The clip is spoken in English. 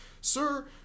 sir